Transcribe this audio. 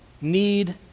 need